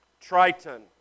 Triton